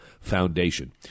Foundation